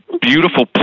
beautiful